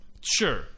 Sure